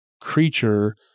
creature